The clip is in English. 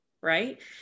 Right